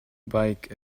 bike